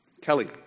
Kelly